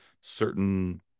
certain